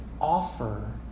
offer